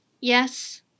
Yes